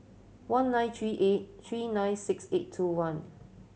one nine three eight three nine six eight two one